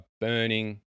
burning